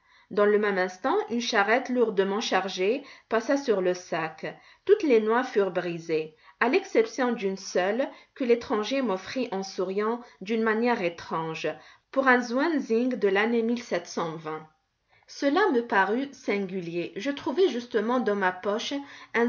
dans le même instant une charrette lourdement chargée passa sur le sac toutes les noix furent brisées à l'exception d'une seule que l'étranger m'offrit en souriant d'une manière étrange pour un zwanzig de lannée cela me parut singulier je trouvai justement dans ma poche